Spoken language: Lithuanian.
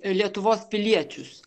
lietuvos piliečius